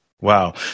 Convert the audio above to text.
Wow